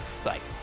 sites